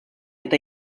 eta